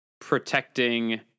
protecting